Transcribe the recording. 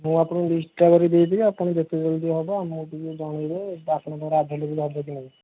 ମୁଁ ଆପଣଙ୍କୁ ଲିଷ୍ଟ୍ଟା କରିକି ଦେଇଦେବି ଆପଣ ଯେତେ ଜଲ୍ଦି ହେବ ଆମକୁ ଟିକେ ଜଣାଇବେ ଆପଣଙ୍କର ଆଭେଲେବୁଲ୍ ହେବ କି ନାଇଁ